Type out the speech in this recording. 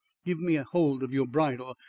give me hold of your bridle.